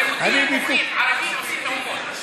יהודים מוחים, ערבים עושים מהומות.